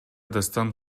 дастан